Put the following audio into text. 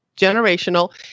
generational